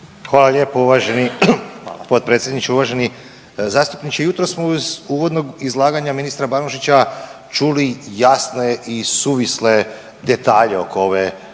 Hvala lijepo uvaženi potpredsjedniče. Uvaženi zastupniče jutros smo iz uvodnog izlaganja ministra Banožića čuli jasne i suvisle detalje oko ove